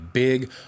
big